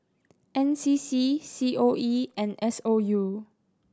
N C C C O E and S O U